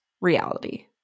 reality